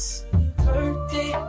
Birthday